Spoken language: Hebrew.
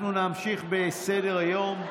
אנחנו נמשיך בסדר-היום,